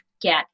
get